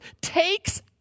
takes